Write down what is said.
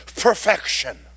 perfection